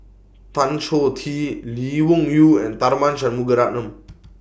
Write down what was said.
Tan Choh Tee Lee Wung Yew and Tharman Shanmugaratnam